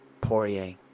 Poirier